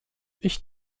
ich